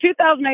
2008